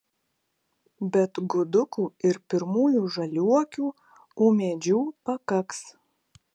bet gudukų ir pirmųjų žaliuokių ūmėdžių pakaks